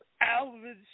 Alvin